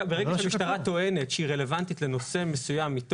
ברגע שהמשטרה טוענת שהיא רלוונטית לנושא מסוים.